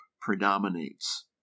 predominates